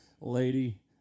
lady